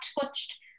touched